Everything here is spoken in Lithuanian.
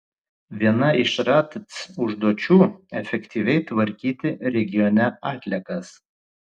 viena iš ratc užduočių efektyviai tvarkyti regione atliekas